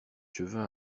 cheveux